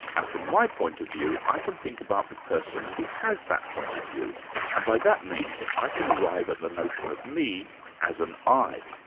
and, from my point of view, i can think about the person who has that point of view and, by that means, i can arrive at the notion of me as an i.